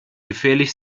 gefährlich